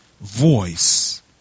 voice